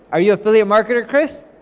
are you affiliate marketer, chris?